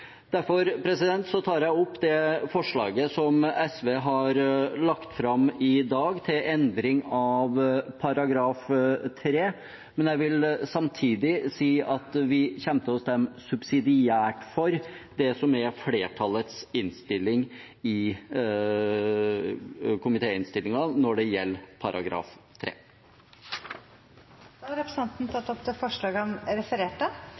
Derfor tar jeg opp forslaget til endring av § 3 som SV har lagt fram i dag, men jeg vil samtidig si at vi kommer til å stemme subsidiært for det som er flertallets tilråding i komitéinnstillingen når det gjelder § 3. Representanten Lars Haltbrekken har tatt opp det forslaget han refererte